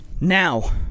Now